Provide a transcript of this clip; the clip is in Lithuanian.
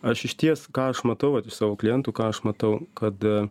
aš išties ką aš matau vat iš savo klientų ką aš matau kad